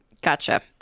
Gotcha